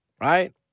right